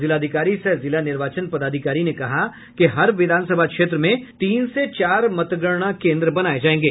जिलाधिकारी सह जिला निर्वाचन पदाधिकारी ने कहा कि हर विधानसभा क्षेत्र में तीन से चार मतगणना केन्द्र बनाये जायेंगे